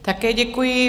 Také děkuji.